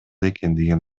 экендигин